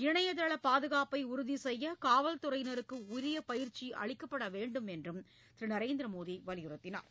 இணையதள பாதுகாப்பை உறுதி செய்ய காவல் துறையினருக்கு உரிய பயிற்சி அளிக்கப்பட வேண்டும் என்றும் திரு நரேந்திர மோடி வலியுறுத்தினார்